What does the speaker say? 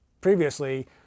previously